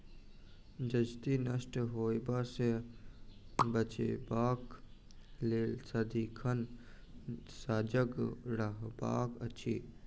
जजति नष्ट होयबा सँ बचेबाक लेल सदिखन सजग रहबाक चाही